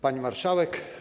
Pani Marszałek!